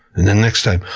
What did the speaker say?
and then next time,